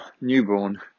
newborn